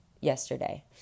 yesterday